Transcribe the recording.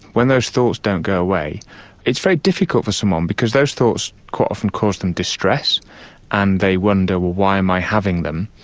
when those thoughts don't go away it's very difficult for someone because those thoughts quite often cause them distress and they wonder, well, why am i having them?